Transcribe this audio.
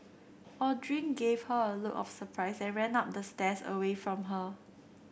Aldrin gave her a look of surprise and ran up the stairs away from her